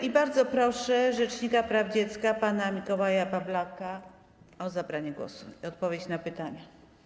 I bardzo proszę rzecznika praw dziecka pana Mikołaja Pawlaka o zabranie głosu i odpowiedź na pytania.